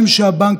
מימון.